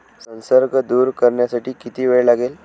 संसर्ग दूर करण्यासाठी किती वेळ लागेल?